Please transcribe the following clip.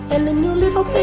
and the new little